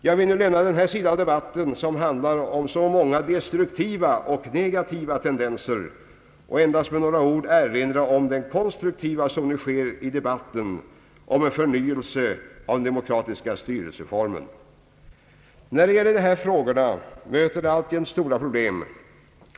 Jag vill nu lämna denna sida av debatten, som handlar om så många destruktiva och negativa tendenser, och endast med några ord erinra om det konstruktiva som nu sker i debatten om en förnyelse av den demokratiska styrelseformen. När det gäller dessa frågor möter alltjämt stora problem.